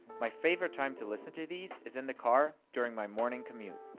my favorite time to listen to these is in the car during my morning commute.